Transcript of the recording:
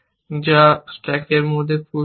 যা আমি স্ট্যাকের মধ্যে পুসড হবে